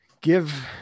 give